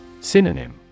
Synonym